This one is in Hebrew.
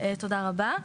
תודה רבה.